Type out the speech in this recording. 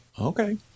okay